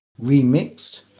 remixed